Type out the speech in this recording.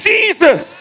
Jesus